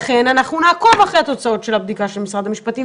לכן אנחנו נעקוב אחרי התוצאות של הבדיקה של משרד המשפטים,